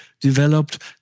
developed